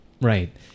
Right